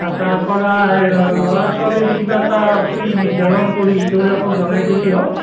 অঁ তাৰপৰা এই ল' ল'ৰা ছোৱালীৰ কিবা এটা ফিজ নিৰ্ধাৰণ কৰি তেওঁলোকক জনাই দিলেই হ'ল